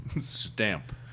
stamp